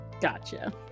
Gotcha